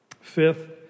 Fifth